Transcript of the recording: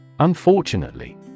Unfortunately